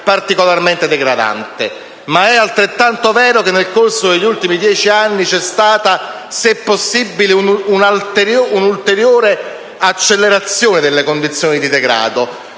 particolarmente degradante. È però altrettanto vero che nel corso degli ultimi dieci anni c'è stata, se possibile, un'ulteriore accelerazione delle condizioni di degrado,